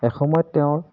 এসময়ত তেওঁৰ